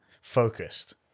focused